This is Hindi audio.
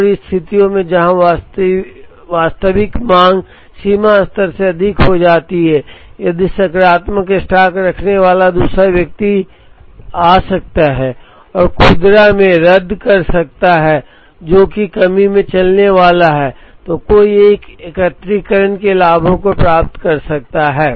और स्थितियों में जहां वास्तविक मांग सीमा स्तर से अधिक हो जाती है यदि सकारात्मक स्टॉक रखने वाला दूसरा व्यक्ति आ सकता है और खुदरा में मदद कर सकता है जो कि कमी में चलने वाला है तो कोई एकत्रीकरण के लाभों को प्राप्त कर सकता है